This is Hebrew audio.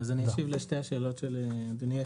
אז אני אשיב לשתי השאלות של היושב-ראש.